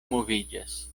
moviĝas